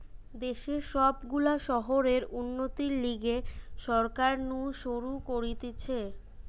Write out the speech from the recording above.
দেশের সব গুলা শহরের উন্নতির লিগে সরকার নু শুরু করতিছে